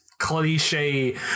cliche